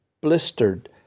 blistered